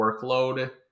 workload